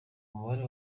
umubare